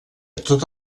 tots